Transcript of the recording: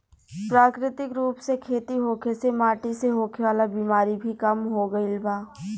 प्राकृतिक रूप से खेती होखे से माटी से होखे वाला बिमारी भी कम हो गईल बा